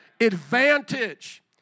Advantage